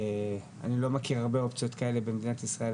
אני לא מכיר הרבה אופציות כאלה במדינת ישראל,